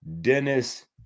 Dennis